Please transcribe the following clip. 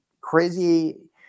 crazy